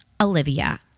Olivia